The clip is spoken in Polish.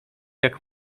jak